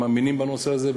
מאמינים בנושא הזה,